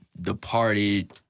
Departed